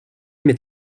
met